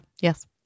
Yes